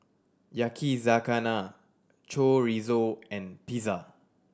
Yakizakana Chorizo and Pizza